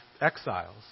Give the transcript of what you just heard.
exiles